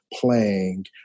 playing